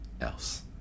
else